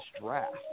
draft